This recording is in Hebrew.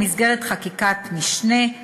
במסגרת חקיקת-משנה,